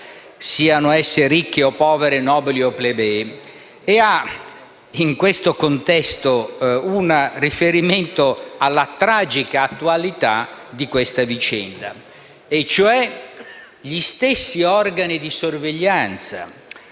siano esse ricche o povere, nobili o plebee, e ha in questo contesto un riferimento alla tragica attualità di questa vicenda. Cioè, gli stessi organi di sorveglianza,